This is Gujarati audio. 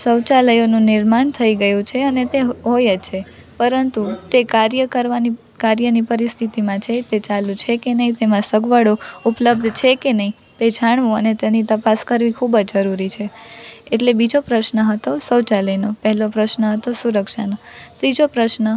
શૌચાલયોનું નિર્માણ થઈ ગયું છે અને તે હોય જ છે પરંતુ તે કાર્ય કરવાની કાર્યની પરિસ્થિતિમાં છે તે ચાલું છે કે નહીં તેમા સગવડો ઉપલબ્ધ છે કે નહીં તે જાણવું અને તેની તપાસ કરવી ખૂબ જ જરૂરી છે એટલે બીજો પ્રશ્ન હતો શૌચાલયનો પહેલો પ્રશ્ન હતો સુરક્ષાનો ત્રીજો પ્રશ્ન